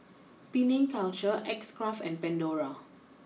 Penang culture X Craft and Pandora